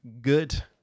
good